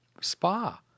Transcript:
spa